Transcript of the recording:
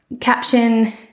caption